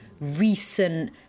recent